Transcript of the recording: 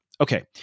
Okay